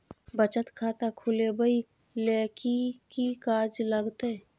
बचत खाता खुलैबै ले कि की कागज लागतै?